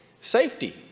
Safety